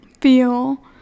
feel